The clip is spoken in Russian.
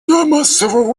массового